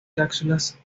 cápsulas